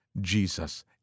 Jesus